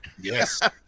Yes